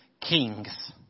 kings